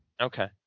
Okay